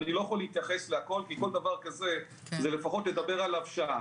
אני לא יכול להתייחס לכול כי על כל דבר כזה צריך לדבר לפחות שעה.